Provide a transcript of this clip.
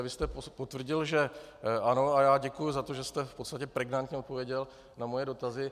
Vy jste potvrdil, že ano, a já děkuji za to, že jste v podstatě pregnantně odpověděl na moje dotazy.